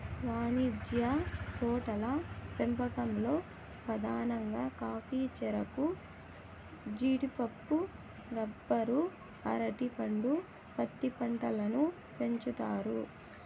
వాణిజ్య తోటల పెంపకంలో పధానంగా కాఫీ, చెరకు, జీడిపప్పు, రబ్బరు, అరటి పండు, పత్తి పంటలను పెంచుతారు